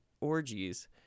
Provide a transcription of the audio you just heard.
orgies